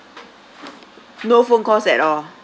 no phone calls at all